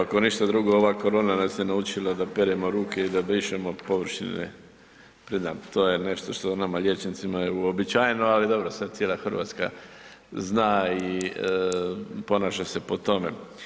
Ako ništa drugo, ova korona nas je naučila da peremo ruke i da brišemo površine pred nama, to je nešto što nama liječnicima je uobičajeno, ali dobro, sad cijela Hrvatska zna i ponaša se po tome.